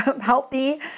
healthy